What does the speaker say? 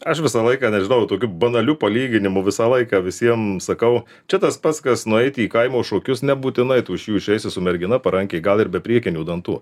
aš visą laiką nežinau tokių banalių palyginimų visą laiką visiem sakau čia tas pats kas nueiti į kaimo šokius nebūtinai tu iš jų išeisi su mergina parankėj gal ir be priekinių dantų